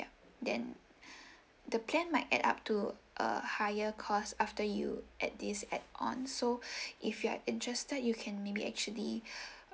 ya then the plan might add up to uh higher cost after you add these add ons so if you are interested you can maybe actually